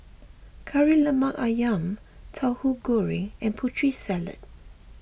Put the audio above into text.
Kari Lemak Ayam Tauhu Goreng and Putri Salad